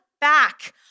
back